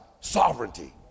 sovereignty